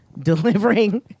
delivering